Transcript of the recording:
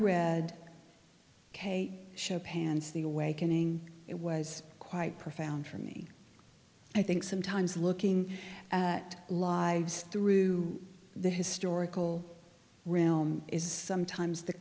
read kate chopin's the awakening it was quite profound for me i think sometimes looking at lives through the historical realm is sometimes the